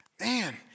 Man